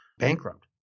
Bankrupt